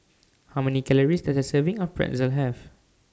How Many Calories Does A Serving of Pretzel Have